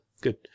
Good